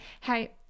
hey